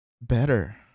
better